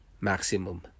maximum